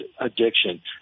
addiction